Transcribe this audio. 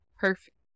perfect